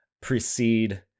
precede